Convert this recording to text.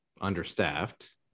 understaffed